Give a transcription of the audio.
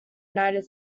united